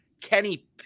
Kenny